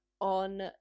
on